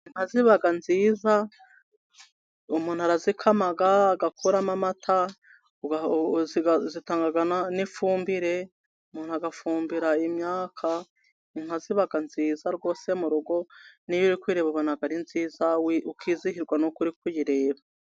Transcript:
Inka ziba nziza, umuntu arazikama, agakumamo amata, zitanga n'ifumbire, umuntu agafumbira imyaka, inka ziba nziza rwose mu rugo, n'iyo uri kuyireba ubona ari nziza, ukizihirwa n'uko uri kuyireba.